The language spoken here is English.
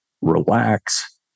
relax